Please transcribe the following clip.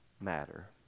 matter